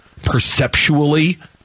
perceptually